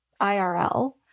IRL